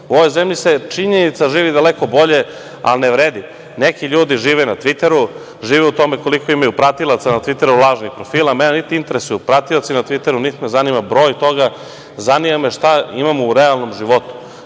ovoj zemlji se, činjenica, živi daleko bolje, ali ne vredi. Neki ljudi žive na „Tviteru“, žive u tome koliko imaju pratilaca na „Tviteru“, lažnih profila. Mene ne interesuju pratioci na „Tviteru“, niti me zanima broj toga. Zanima me šta imamo u realnom životu.